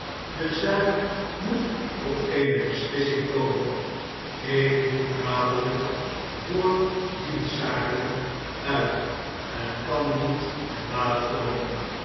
de zaak moet tot eene beslissing komen ik moet dadelyk voor dienstzaken uit en kan niet te laat komen